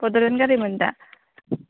बड'लेण्ड गारि मोनो दा